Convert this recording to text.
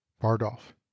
bardolph